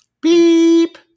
Beep